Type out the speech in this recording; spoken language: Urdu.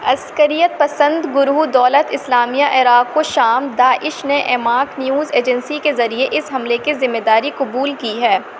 عسکریت پسند گروہ دولت اسلامیہ عراق و شام داعش نے اعماق نیوز ایجنسی کے ذریعے اس حملے کی ذمہ داری قبول کی ہے